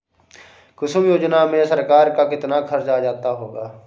कुसुम योजना में सरकार का कितना खर्चा आ जाता होगा